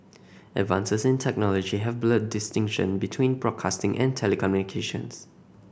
advances in technology have blurred distinction between broadcasting and telecommunications